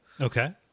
Okay